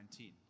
2019